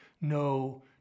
no